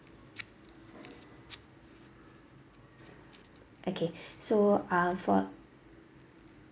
okay so uh for